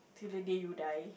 the day you die